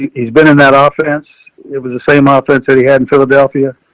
he's been in that ah offense was the same ah offense that he hadn't philadelphia a